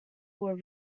were